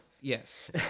Yes